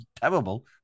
terrible